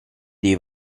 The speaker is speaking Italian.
dei